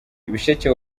ibisheke